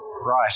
Right